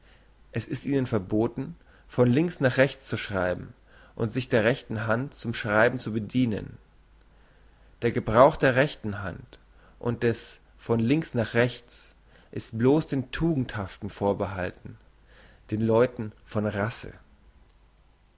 es ist ihnen verboten von links nach rechts zu schreiben und sich der rechten hand zum schreiben zu bedienen der gebrauch der rechten hand und des von links nach rechts ist bloss den tugendhaften vorbehalten den leuten von rasse